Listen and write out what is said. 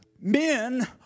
Men